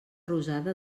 rosada